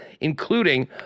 including